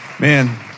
Man